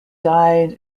died